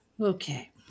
Okay